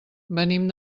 venim